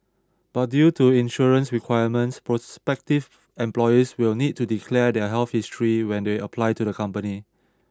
but due to insurance requirements prospective employees will need to declare their health history when they apply to the company